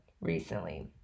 recently